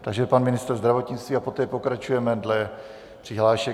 Takže pan ministr zdravotnictví a poté pokračujeme dle přihlášek.